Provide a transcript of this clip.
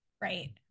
right